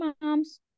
Moms